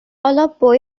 অলপ